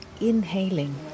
inhaling